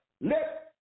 let